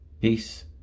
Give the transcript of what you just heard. Peace